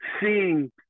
seeing